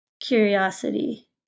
Curiosity